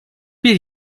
bir